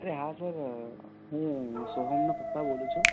અરે હા સર હું સોહમના પપ્પા બોલું છું